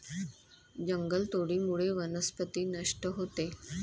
जंगलतोडीमुळे वनस्पती नष्ट होते